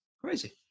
Crazy